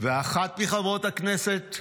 ואחת מחברות הכנסת,